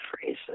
phrase